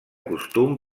costum